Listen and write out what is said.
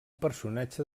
personatge